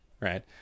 Right